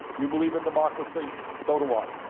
you believe in democracy. so do i.